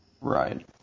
Right